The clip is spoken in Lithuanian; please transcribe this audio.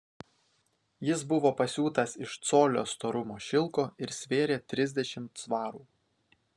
jis buvo pasiūtas iš colio storumo šilko ir svėrė trisdešimt svarų